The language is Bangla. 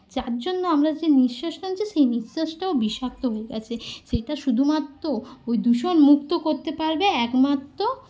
যার জন্য আমরা যে নিঃশ্বাস টানছি সেই নিঃশ্বাসটাও বিষাক্ত হয়ে গেছে সেইটা শুধুমাত্র ওই দূষণমুক্ত করতে পারবে একমাত্র